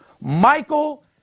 Michael